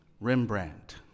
Rembrandt